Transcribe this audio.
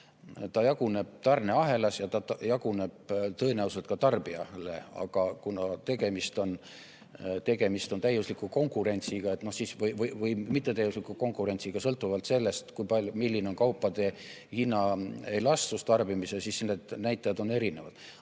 Ta jaguneb tarneahelas ja ta jaguneb tõenäoliselt ka tarbijale. Kuna tegemist on täiusliku konkurentsiga või mittetäiusliku konkurentsiga, sõltuvalt sellest, milline on kaupade hinnaelastsus tarbimisel, siis need näitajad on erinevad.